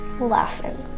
laughing